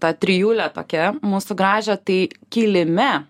tą trijulę tokia mūsų gražią tai kilime